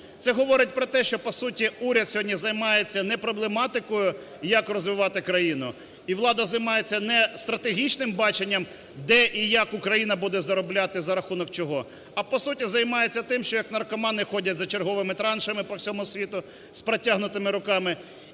Це говорить про те, що по суті уряд сьогодні займається не проблематикою, як розвивати країну, і влада займається не стратегічним баченням, де і як Україна буде заробляти, за рахунок чого, а по суті займається тим, що, як наркомани, ходять за черговими траншами по всьому світу з протягнутими руками